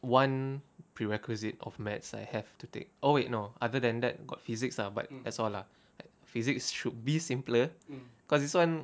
one prerequisite of maths I have to take oh wait no other than that got physics lah but that's all lah physics should be simpler because this [one]